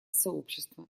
сообщество